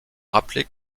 rappeler